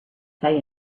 say